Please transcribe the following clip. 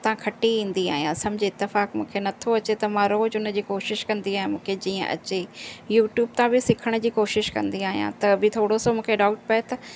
उता खटी ईंदी आहियां सम्झि इत्तेफ़ाकु मूंखे नथो अचे त मां रोज हुन जी कोशिशि कंदी आ मूंखे जीअं अचे यूट्यूब तां बि सिखण जी कोशिशि कंदी आहियां त बि थोरो सो मूंखे डाउट पए त